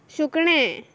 शुकणें